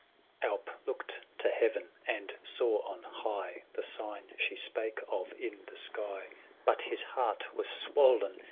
alp looked to heaven, and saw on high the sign she spake of in the sky but his heart was swollen,